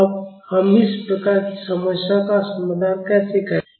अब हम इस प्रकार की समस्याओं का समाधान कैसे करेंगे